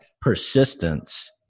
Persistence